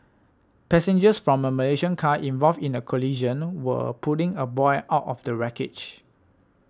passengers from a Malaysian car involved in the collision were pulling a boy out of the wreckage